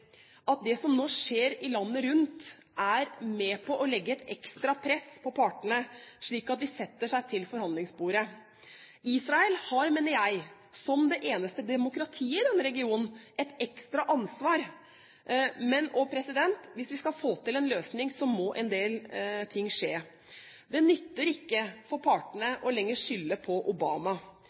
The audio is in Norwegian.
at det som nå skjer i landene rundt, er med på å legge et ekstra press på partene, slik at de setter seg til forhandlingsbordet. Israel har, mener jeg, som det eneste demokratiet i denne regionen et ekstra ansvar. Men hvis vi skal få til en løsning, må en del ting skje. Det nytter ikke for partene å skylde på Obama